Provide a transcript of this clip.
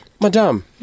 Madam